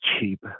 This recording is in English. cheap